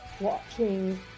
watching